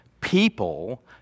people